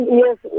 yes